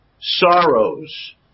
sorrows